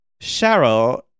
Cheryl